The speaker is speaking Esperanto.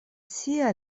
sia